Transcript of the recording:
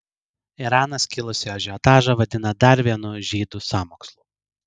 iranas kilusį ažiotažą vadina dar vienu žydų sąmokslu